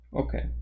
Okay